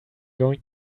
going